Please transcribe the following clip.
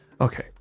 Okay